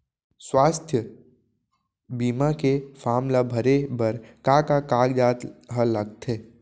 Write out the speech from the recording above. स्वास्थ्य बीमा के फॉर्म ल भरे बर का का कागजात ह लगथे?